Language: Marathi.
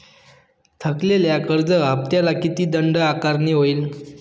थकलेल्या कर्ज हफ्त्याला किती दंड आकारणी होईल?